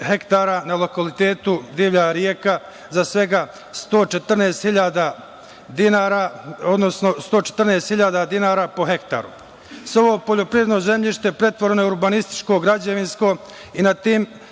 na lokalitetu Divlja Rijeka za svega 114.000 dinara po hektaru. Svo ovo poljoprivredno zemljište pretvoreno je u urbanističko, građevinsko i na tim